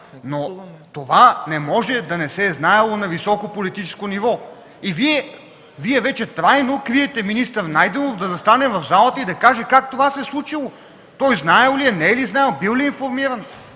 но това не може да не се е знаело на високо политическо ниво. Вие вече трайно криете министър Найденов да застане в залата и да каже как това се е случило. Той знаел ли е, не е ли знаел, бил ли е информиран,